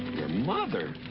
mother?